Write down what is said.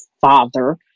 father